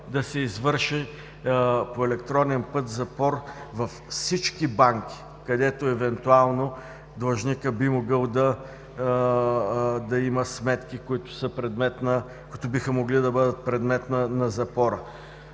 да се извърши по електронен път запор във всички банки, където евентуално длъжникът би могъл да има сметки, които биха могли да бъдат предмет на запора.